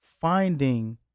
finding